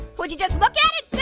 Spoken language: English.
would you just look at it?